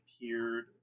appeared